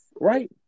right